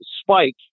spike